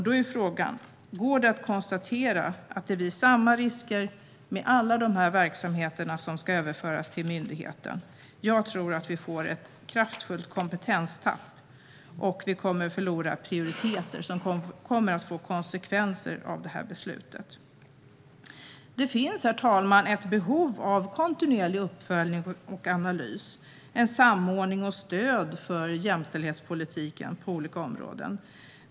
Då är frågan: Går det att konstatera att det blir samma risker med alla de här verksamheterna som ska överföras till myndigheten? Jag tror att vi får ett kraftfullt kompetenstapp och att vi kommer att förlora prioriteringar som konsekvenser av det här beslutet. Det finns, herr talman, ett behov av kontinuerlig uppföljning och analys och en samordning och ett stöd för jämställdhetspolitiken på olika områden.